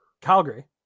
Calgary